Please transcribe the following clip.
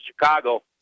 Chicago